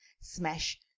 smash